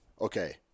okay